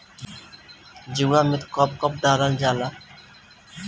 जीवामृत कब कब डालल जाला?